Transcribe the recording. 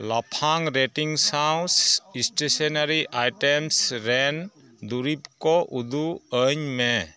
ᱞᱟᱯᱷᱟᱝ ᱨᱮᱴᱤᱝ ᱥᱟᱶ ᱥᱴᱮᱥᱚᱱᱟᱨᱤ ᱟᱭᱴᱮᱢᱥ ᱨᱮᱱ ᱫᱩᱨᱤᱵᱽᱠᱚ ᱩᱫᱩᱜ ᱟᱹᱧᱢᱮ